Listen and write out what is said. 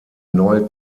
neue